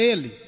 Ele